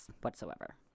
whatsoever